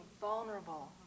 vulnerable